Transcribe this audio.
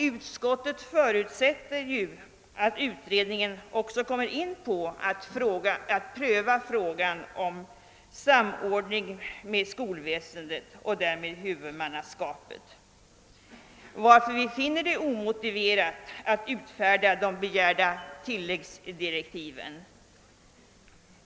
Utskottet förutsätter att utredningen också kommer att pröva frågan om samordningen med skolväsendet och därmed huvudmannaskapet och finner det därför omotiverat att utfärda de begärda tilläggsdirektiven.